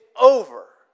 over